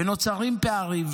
ונוצרים פערים.